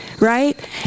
right